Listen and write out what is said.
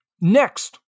next